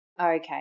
Okay